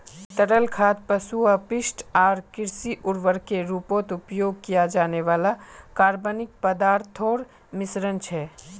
तरल खाद पशु अपशिष्ट आर कृषि उर्वरकेर रूपत उपयोग किया जाने वाला कार्बनिक पदार्थोंर मिश्रण छे